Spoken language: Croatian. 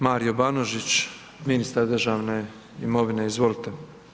Mario Banožić, ministar državne imovine, izvolite.